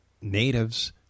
natives